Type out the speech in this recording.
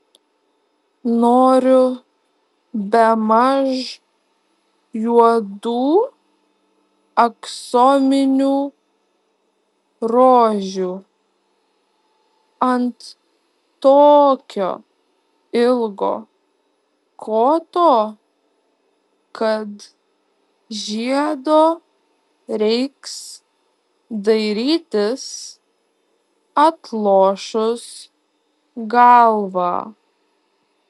noriu bemaž juodų aksominių rožių ant tokio ilgo koto kad žiedo reiks dairytis atlošus galvą